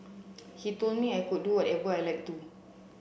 he told me I could do whatever I like too